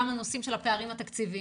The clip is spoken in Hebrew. גם הנושאים של הפערים התקציביים.